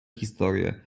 historie